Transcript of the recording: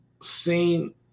seen